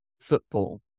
football